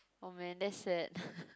oh man that's sad